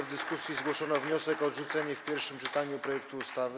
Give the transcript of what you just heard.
W dyskusji zgłoszono wniosek o odrzucenie w pierwszym czytaniu projektu ustawy.